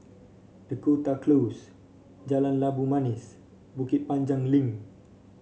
Dakota Close Jalan Labu Manis Bukit Panjang Link